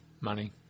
money